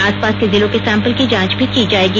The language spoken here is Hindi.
आसपास के जिलों के सैंपल की जांच भी की जाएगी